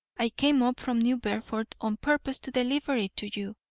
i came up from new bedford on purpose to deliver it to you.